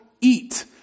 eat